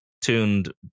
tuned